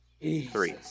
three